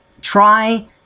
try